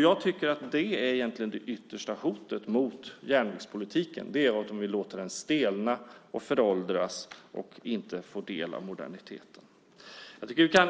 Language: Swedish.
Jag tycker att det egentligen är det yttersta hotet mot järnvägspolitiken, alltså att man vill låta den stelna, föråldras och inte få del av moderniteter. Jag tycker att vi kan